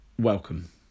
Welcome